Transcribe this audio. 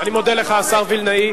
אני מודה לך, השר וילנאי.